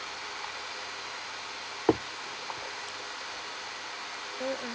mm